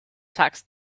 tax